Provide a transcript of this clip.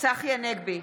צחי הנגבי,